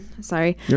Sorry